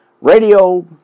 radio